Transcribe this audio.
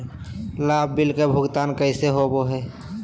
लाभ बिल के भुगतान कैसे होबो हैं?